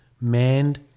manned